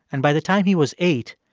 and by the time he was eight,